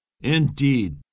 Indeed